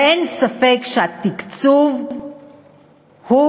ואין ספק שהתקצוב הוא